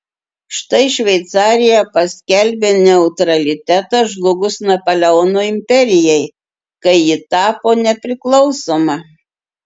štai šveicarija paskelbė neutralitetą žlugus napoleono imperijai kai ji tapo nepriklausoma